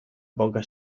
boga